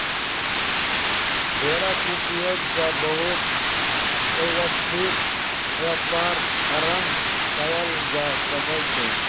भेड़क उपयोग सॅ बहुत व्यवस्थित व्यापार आरम्भ कयल जा सकै छै